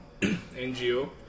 NGO